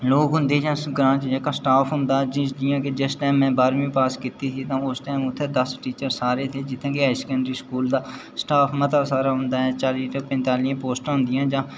लोक होंदे उस ग्रांऽ च जां स्टॉफ जि'यां कि जिस टाईम में बारहमीं पास कीती ते उस टाईम उत्थै दस्स टीचर सारे थे जित्थै कि हायर सकैंडरी स्कूल था स्टॉफ ते मता सारा होंदा ऐ चाली जां पैंताली सीटां होंदियां न